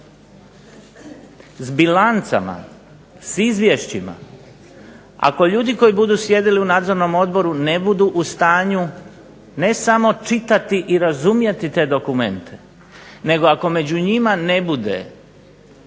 s bilancama, s izvješćima. Ako ljudi koji budu sjedili u Nadzornom odboru ne budu u stanju ne samo čitati i razumjeti te dokumente nego ako među njima ne bude